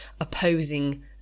opposing